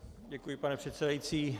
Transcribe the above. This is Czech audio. Děkuji, pane předsedající.